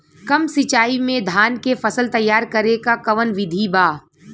कम सिचाई में धान के फसल तैयार करे क कवन बिधि बा?